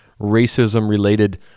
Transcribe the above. racism-related